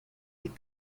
est